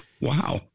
Wow